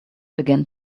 began